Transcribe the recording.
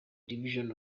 division